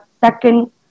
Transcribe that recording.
second